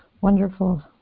wonderful